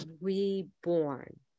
reborn